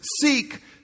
seek